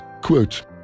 Quote